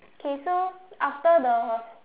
okay so after the